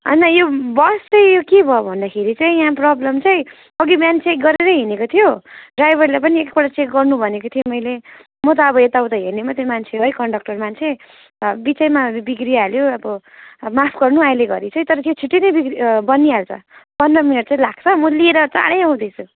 होइन यो बस चाहिँ यो के भयो भन्दाखेरि चाहिँ यहाँ प्रोब्लम चाहिँ अघि बिहान चेक गरेरै हिँडेको थियो ड्राइभरलाई पनि एकपल्ट चेक गर्नु भनेको थिएँ मैले म त अब यताउता हेर्ने मात्रै मान्छे है कन्डक्टर मान्छे बिचैमा बिग्रिहाल्यो अब माफ गर्नु अहिले घरि चाहिँ तर त्यो छिट्टै नै बिग्रि बन्निहाल्छ पन्ध्र मिनट चाहिँ लाग्छ म लिएर चाँढै आउँदैछु